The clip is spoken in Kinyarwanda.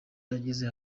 yagize